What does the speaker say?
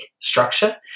structure